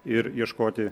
ir ieškoti